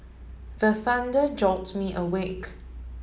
the thunder jolt me awake